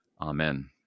Amen